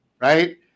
right